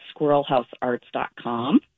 squirrelhousearts.com